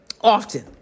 often